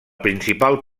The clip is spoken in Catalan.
principal